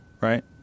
right